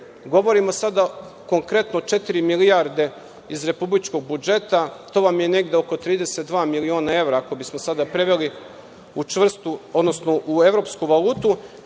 Govorimo sada konkretno o četiri milijarde iz republičkog budžeta, to vam je negde oko 32 miliona evra, ako bismo sada preveli u evropsku valutu.